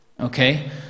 okay